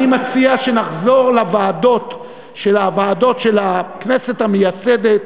אני מציע שנחזור לוועדות של הכנסת המייסדת,